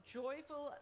joyful